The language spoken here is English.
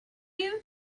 you